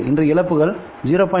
இன்று இழப்புகள் 0